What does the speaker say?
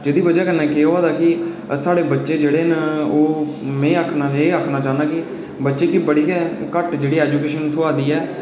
जेह्दी वजह कन्नै केह् होआ दा ऐ जे साढ़े बच्चे जेह्ड़े न मीं आक्खना चाह्न्ना के साढ़े बच्चें गी ऐजूकेशन बड़ी गै घट्ट थ्होआ दी ऐ